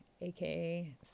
AKA